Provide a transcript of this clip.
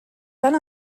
tant